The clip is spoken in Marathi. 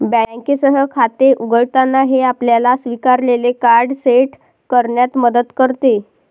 बँकेसह खाते उघडताना, हे आपल्याला स्वीकारलेले कार्ड सेट करण्यात मदत करते